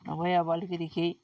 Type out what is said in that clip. नभए अब अलिकति केही